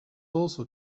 also